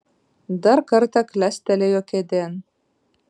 dar kartą klestelėjo kėdėn